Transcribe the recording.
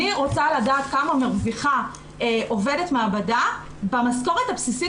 אני רוצה לדעת כמה מרוויחה עובדת מעבדה במשכורת הבסיסית